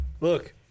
look